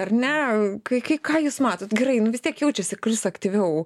ar ne kai kai ką jūs matot gerai nu vis tiek jaučiasi kuris aktyviau